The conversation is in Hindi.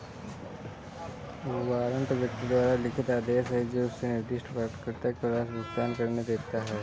वारंट व्यक्ति द्वारा लिखित आदेश है जो उसे निर्दिष्ट प्राप्तकर्ता को राशि भुगतान करने देता है